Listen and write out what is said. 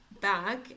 back